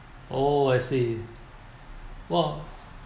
oh I see !wow!